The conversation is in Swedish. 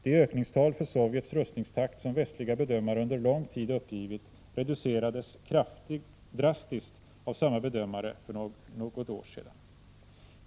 De ökningstal för Sovjets rustningstakt som västliga bedömare under lång tid uppgivit reducerades drastiskt av samma bedömare för något år sedan.